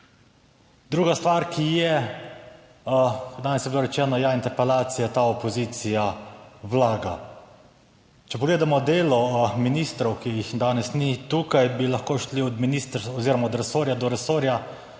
Druga stvar, ki je, danes je bilo rečeno, ja, interpelacija, ta opozicija vlaga. Če pogledamo delo ministrov, ki jih danes ni tukaj, bi lahko šli od ministra oziroma od resorja do resorja,